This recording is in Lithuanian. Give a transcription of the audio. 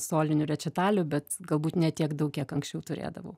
solinių rečitalių bet galbūt ne tiek daug kiek anksčiau turėdavau